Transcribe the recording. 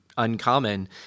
uncommon